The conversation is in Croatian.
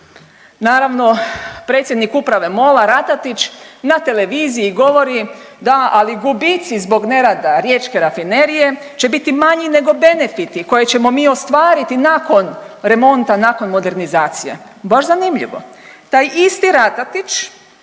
naravno, predsjednik Uprave MOL-a Ratatics na televiziji govori da, ali gubici zbog nerada riječke rafinerije će biti manji nego benefiti koje ćemo mi ostvariti nakon remonta, nakon modernizacije. Baš zanimljivo. Taj isti Ratatics